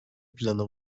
planı